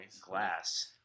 glass